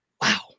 wow